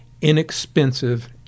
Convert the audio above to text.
inexpensive